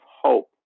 hope